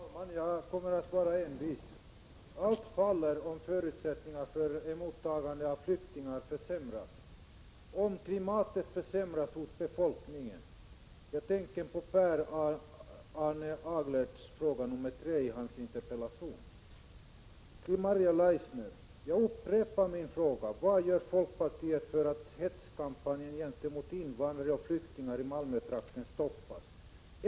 Fru talman! Jag kommer att vara envis: Allt faller, om förutsättningarna för att ta emot flyktingar försämras och om klimatet hos befolkningen försämras — jag tänker på fråga nr 3 i Per Arne Aglerts interpellation. Jag upprepar min fråga till Maria Leissner: Vad gör folkpartiet för att hetskampanjen gentemot invandrare och flyktingar i Malmötrakten skall stoppas?